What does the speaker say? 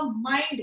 Mind